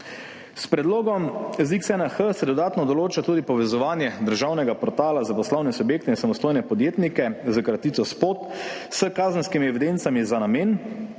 S predlogom ZIKS-1H se dodatno določa tudi povezovanje državnega portala za poslovne subjekte in samostojne podjetnike s kratico SPOT s kazenskimi evidencami z namenom,